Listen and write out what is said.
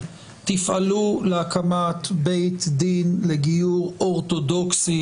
תפעלו להקמת בית דין לגיור אורתודוקסי